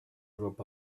group